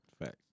Fact